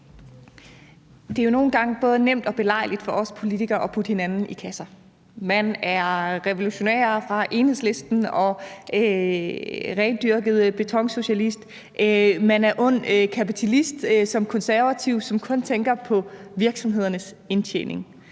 Det er jo nogle gange både nemt og belejligt for os politikere at putte hinanden i kasser. Man er revolutionær, hvis man er fra Enhedslisten, og rendyrket betonsocialist; man er ond kapitalist som konservativ, som kun tænker på virksomhedernes indtjening.